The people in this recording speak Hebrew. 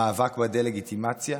המאבק בדה-לגיטימציה,